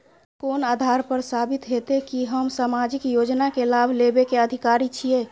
कोन आधार पर साबित हेते की हम सामाजिक योजना के लाभ लेबे के अधिकारी छिये?